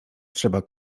trzeba